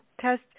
test